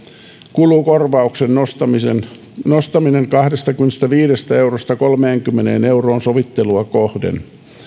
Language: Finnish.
kulukorvauksen nostaminen nostaminen kahdestakymmenestäviidestä eurosta kolmeenkymmeneen euroon sovittelua kohden